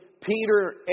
Peter